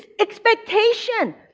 expectation